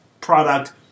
product